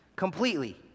Completely